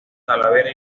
talavera